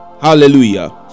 hallelujah